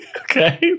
Okay